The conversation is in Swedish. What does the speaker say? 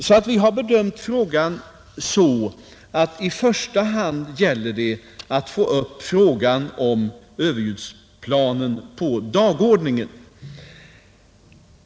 Vi har alltså bedömt frågan så, att det i första hand gäller att få upp spörsmålet om överljudsplanen på dagordningen.